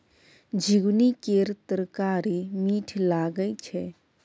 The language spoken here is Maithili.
झिगुनी केर तरकारी मीठ लगई छै